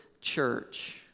church